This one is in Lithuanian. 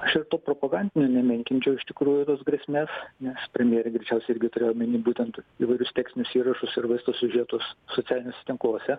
aš ir to propagandinio nemenkinčiau iš tikrųjų tos grėsmės nes premjerė greičiausiai irgi turėjo omeny būtent įvairius tekstinius įrašus ir vaizdo siužetus socialiniuose tinkluose